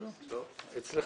כן.